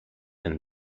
and